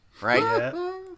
Right